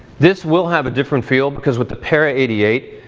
this will have a different feel because with the para eighty eight,